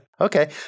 Okay